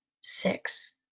six